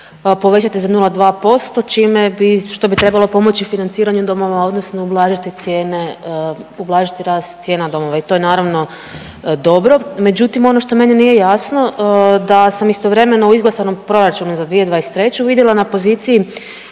povećati za 0,2% čime bi, što bi trebalo pomoći financiranju domova odnosno ublažiti cijene, ublažiti rast cijena domova i to je naravno dobro. Međutim, ono što meni nije jasno da sam istovremeno u izglasanom proračunu za 2023. vidjela na poziciji